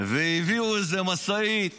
והביאו איזה משאית